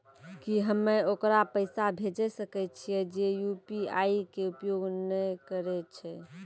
की हम्मय ओकरा पैसा भेजै सकय छियै जे यु.पी.आई के उपयोग नए करे छै?